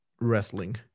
wrestling